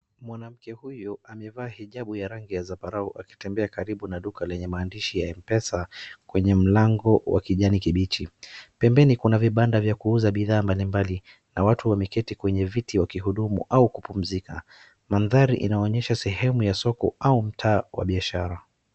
Mwanamke huyu amevaa hijabu ya rangi ya zambarau akitembea karibu na duka lenye maandishi ya mpesa kwenye mlango wa kijani kibichi. Pembeni kuna viwanda vya kuuza bidhaa mbalimbali na watu wameketi kwenye kihudumu au kupumzika. Mandhari inaonyesha sehemu ya soko au mtaa wa bishara,